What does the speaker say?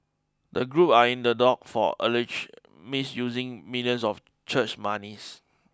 the group are in the dock for allegedly misusing millions of church monies